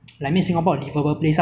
do you like bubble tea